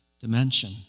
dimension